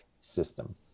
system